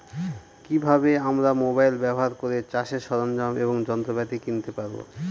কি ভাবে আমরা মোবাইল ব্যাবহার করে চাষের সরঞ্জাম এবং যন্ত্রপাতি কিনতে পারবো?